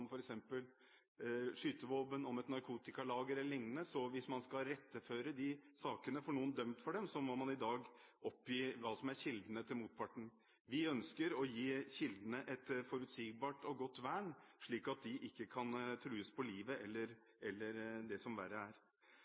skytevåpen, et narkotikalager e.l. og skal føre disse sakene for retten og få noen dømt for dem, må man i dag oppgi kildene til motparten. Vi ønsker å gi kildene et forutsigbart og godt vern, slik at de ikke kan trues på livet eller det som verre er.